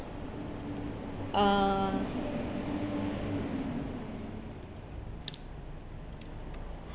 uh